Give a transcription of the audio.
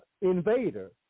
invader